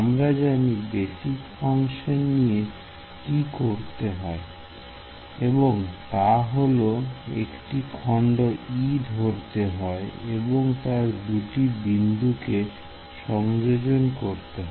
আমরা জানি basic function নিয়ে কি করতে হয় এবং তা হল একটি খন্ড e ধরতে হয় এবং তার দুটি বিন্দুকে সংযোজন করতে হয়